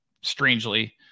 strangely